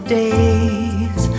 days